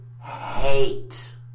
hate